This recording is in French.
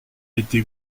été